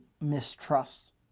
mistrust